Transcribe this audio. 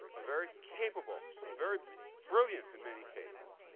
a very capable, a very brilliant, in many cases,